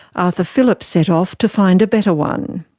arthur phillip set off to find a better one.